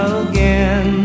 again